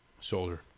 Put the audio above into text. Soldier